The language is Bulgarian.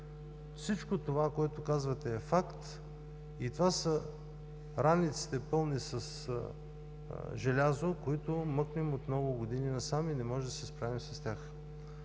Всичко това, което казвате, е факт. Това са раниците, пълни с желязо, които мъкнем от много години насам и не можем да се справим с тях.